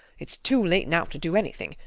it's too late now to do anything.